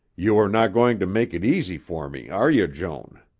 you are not going to make it easy for me, are you, joan?